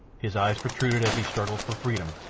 his eyes protruded as he struggled for freedom,